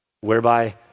Whereby